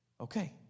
Okay